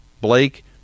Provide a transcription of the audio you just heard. Blake